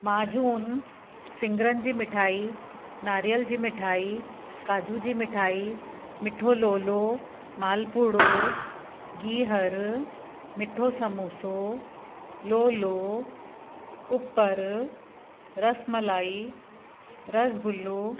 माजून सिङरनि जी मिठाई नारेल जी मिठाई काजू जी मिठाई मिठो लोलो मालपुड़ो गिहर मिठो संबोसो लोलो कुपर रसमलाई रसगुल्लो